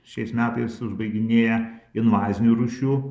šiais metais užbaiginėja invazinių rūšių